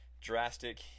drastic